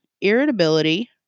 irritability